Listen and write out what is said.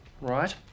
Right